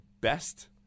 best